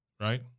right